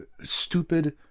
Stupid